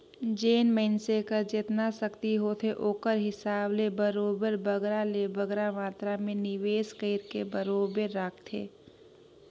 जेन मइनसे कर जेतना सक्ति होथे ओकर हिसाब ले बरोबेर बगरा ले बगरा मातरा में निवेस कइरके बरोबेर राखथे